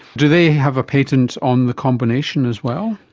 do they have a patent on the combination as well?